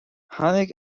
tháinig